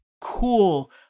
cool